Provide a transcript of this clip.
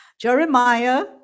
Jeremiah